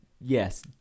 yes